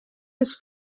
his